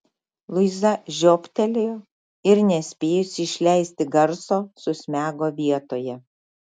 luiza žiobtelėjo ir nespėjusi išleisti garso susmego vietoje